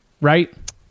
Right